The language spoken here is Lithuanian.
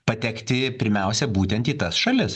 patekti pirmiausia būtent į tas šalis